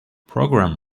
program